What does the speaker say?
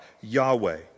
Yahweh